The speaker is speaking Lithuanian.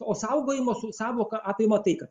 o saugojimo sąvoka apima tai ką